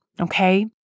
okay